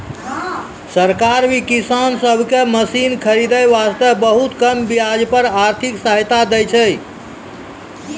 सरकार भी किसान सब कॅ मशीन खरीदै वास्तॅ बहुत कम ब्याज पर आर्थिक सहायता दै छै